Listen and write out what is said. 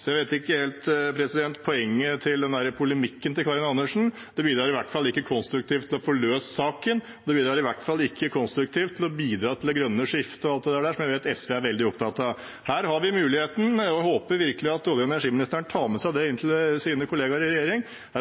Så jeg skjønner ikke helt poenget med polemikken til Karin Andersen. Det bidrar i hvert fall ikke konstruktivt til å få løst saken, og det bidrar i hvert fall ikke konstruktivt til å bidra til det grønne skiftet og alt det der, som jeg vet SV er veldig opptatt av. Her har vi muligheten – og jeg håper virkelig at olje- og energiministeren tar med seg det inn til sine kollegaer i regjering –